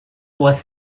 was